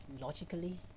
logically